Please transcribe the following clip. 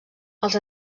els